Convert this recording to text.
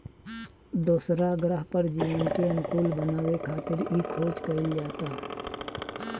दोसरा ग्रह पर जीवन के अनुकूल बनावे खातिर इ खोज कईल जाता